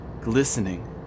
glistening